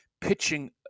pitching